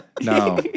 No